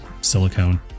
silicone